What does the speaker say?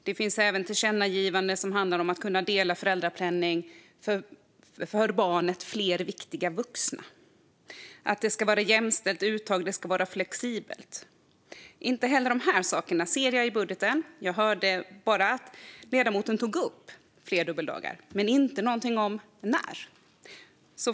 Det finns även tillkännagivanden som handlar om att kunna dela föräldrapenning med för barnet fler viktiga vuxna. Det handlar även om jämställt uttag och att det ska vara flexibelt. Inte heller de här sakerna ser jag i budgeten. Jag hörde bara att ledamoten tog upp frågan om fler dubbeldagar, men inte någonting om när.